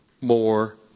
more